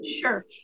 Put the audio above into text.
Sure